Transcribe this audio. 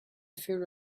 fear